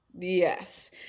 Yes